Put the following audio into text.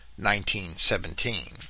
1917